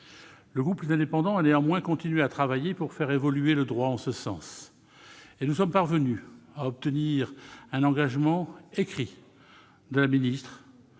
Le groupe Les Indépendants a néanmoins continué à travailler pour faire évoluer le droit en ce sens. Et nous sommes parvenus à obtenir un engagement écrit de Mme